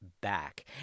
back